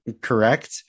Correct